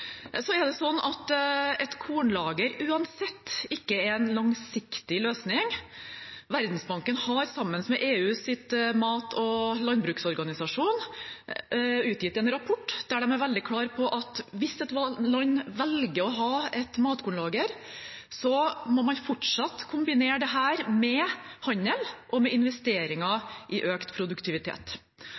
Et kornlager er uansett ikke en langsiktig løsning. Verdensbanken har, sammen med EUs mat- og landbruksorganisasjon, utgitt en rapport der de er veldig klar på at hvis et land velger å ha et matkornlager, må man fortsatt kombinere det med handel og investering i økt produktivitet.